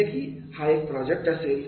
जसे की हा एखादा प्रोजेक्ट असेल